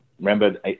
remember